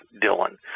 Dylan